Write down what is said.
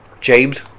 James